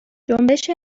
جنبش